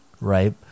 Right